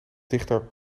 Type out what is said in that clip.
dichter